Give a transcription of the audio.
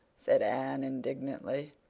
said anne indignantly,